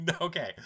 Okay